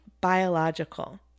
biological